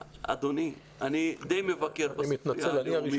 אדוני, אני די מבקר בספרייה הלאומית, אוקיי?